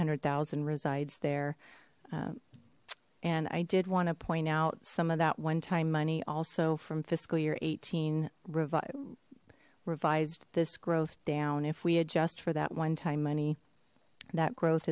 hundred thousand resides there and i did want to point out some of that one time money also from fiscal year eighteen revived revised this growth down if we adjust for that one time money that growth